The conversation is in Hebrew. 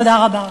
תודה רבה.